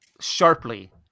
sharply